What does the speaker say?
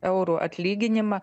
eurų atlyginimą